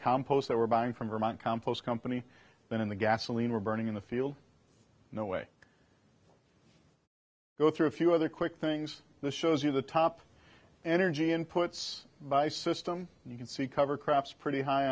compost that we're buying from vermont compost company than in the gasoline we're burning in the field no way go through a few other quick things the shows you the top energy inputs by system you can see cover craps pretty high